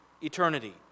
eternity